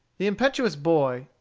the impetuous boy,